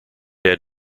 had